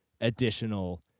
additional